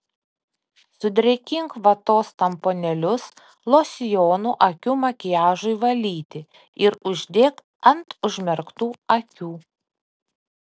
sudrėkink vatos tamponėlius losjonu akių makiažui valyti ir uždėk ant užmerktų akių